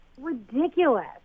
ridiculous